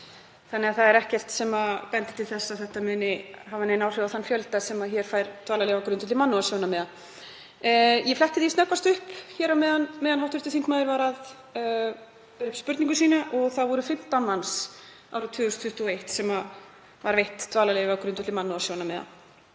þannig að það er ekkert sem bendir til þess að þetta muni hafa nein áhrif á þann fjölda sem hér fær dvalarleyfi á grundvelli mannúðarsjónarmiða. Ég fletti því snöggvast upp á meðan hv. þingmaður var að bera upp spurningu sína og það voru 15 manns árið 2021 sem veitt var dvalarleyfi á grundvelli mannúðarsjónarmiða.